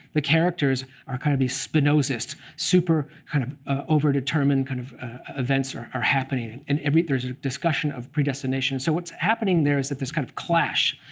the characters are kind of these spinozist, super kind of overdetermined kind of events are are happening and there's a discussion of predestination. so what's happening there is that there's kind of clash.